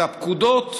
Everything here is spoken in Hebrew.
את הפקודות